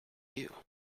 you